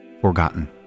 Forgotten